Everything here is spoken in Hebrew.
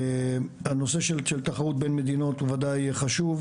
הנושא של תחרות בין המדינות ודאי חשוב,